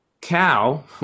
cow